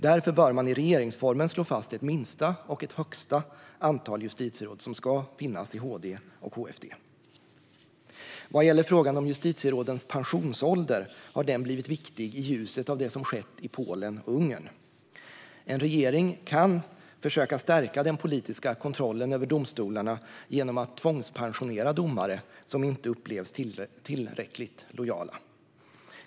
Därför bör man i regeringsformen slå fast ett minsta och ett största antal justitieråd som ska finnas i HD och HFD. Frågan om justitierådens pensionsålder har blivit viktig i ljuset av det som har skett i Polen och Ungern. En regering kan försöka stärka den politiska kontrollen över domstolarna genom att tvångspensionera domare som inte upplevs tillräckligt lojala.